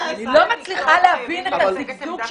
כולנו חוסים תחת החלטת